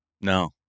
no